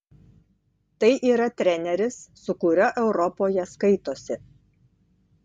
tai yra treneris su kuriuo europoje skaitosi